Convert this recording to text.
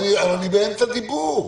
אני באמצע דיבור.